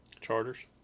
Charters